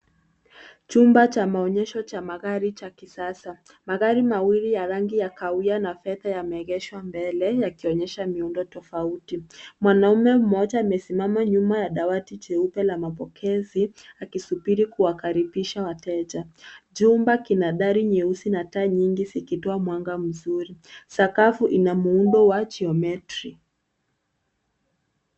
Chumba cha maonyesho cha magari cha kisasa. Magari mawili ya rangi ya kahawia na fedha yameegeshwa mbele yakionyesha miundo tofauti. Mwanaume mmoja amesimama nyuma ya dawati cheupe la mapokezi akisubiri kuwakaribisha wateja. Chumba kina dari nyeusi na taa nyingi zikitoa mwanga mzuri. Sakafu ina muundo wa jiometri.